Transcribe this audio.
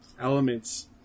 elements